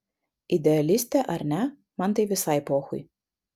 idealistė ar ne man tai visai pochui